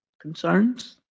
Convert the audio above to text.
concerns